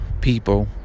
people